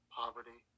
poverty